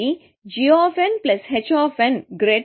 కాబట్టి gh g h